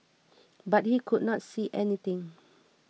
but he could not see anything